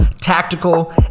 tactical